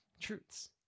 truths